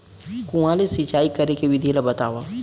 कुआं ले सिंचाई करे के विधि ला बतावव?